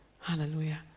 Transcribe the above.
Hallelujah